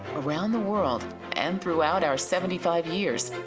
around the world and throughout our seventy five years,